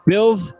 Bills